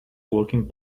walking